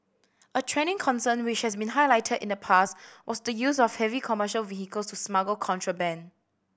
a trending concern which has been highlighted in the past was the use of heavy commercial vehicles to smuggle contraband